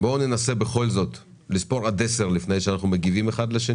לנסות לספור עד 10 לפני תגובות.